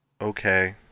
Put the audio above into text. Okay